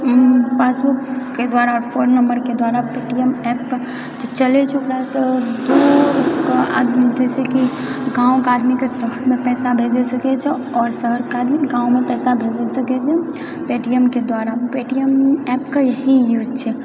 पासबुकके द्वारा फोन नम्बरके द्वारा पेटीएम ऍप चलैत छै ओकरासँ दू आदमी जैसेकी गाँवके आदमीके शहरमे पैसा भेजी सकैत छै आओर शहरके आदमी गाँवमे पैसा भेजी सकैत छै पेटीएमके द्वारा पेटीएम ऍपके यही यूज छै